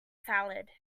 salad